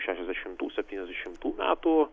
šešiasdešimtų septyniasdešimtų metų